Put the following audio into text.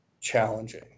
challenging